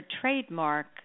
trademark